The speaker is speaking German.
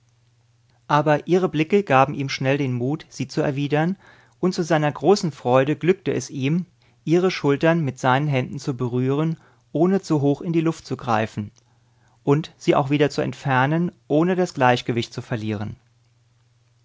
aber ihre blicke gaben ihm schnell den mut sie zu erwidern und zu seiner großen freude glückte es ihm ihre schultern mit seinen händen zu berühren ohne zu hoch in die luft zu greifen und sie auch wieder zu entfernen ohne das gleichgewicht zu verlieren